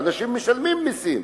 והאנשים משלמים מסים,